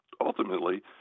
ultimately